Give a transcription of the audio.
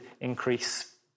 increase